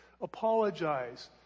apologize